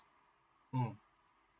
mm